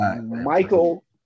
Michael